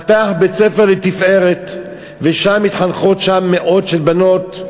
פתח בית-ספר לתפארת ושם מתחנכות מאות בנות,